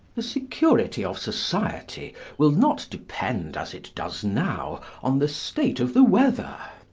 the security of society will not depend, as it does now, on the state of the weather.